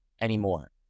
anymore